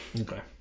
Okay